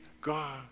God